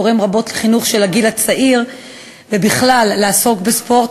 תורם רבות לחינוך של הגיל הצעיר ובכלל לעסוק בספורט.